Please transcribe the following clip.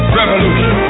revolution